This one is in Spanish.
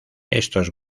estos